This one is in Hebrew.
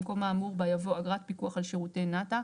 במקום האמור בה יבוא: "אגרת פיקוח על שירותי נת"א.